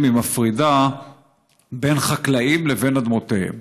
היא מפרידה בין חקלאים לבין אדמותיהם.